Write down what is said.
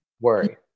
Worry